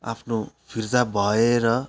आफ्नो फिर्ता भएर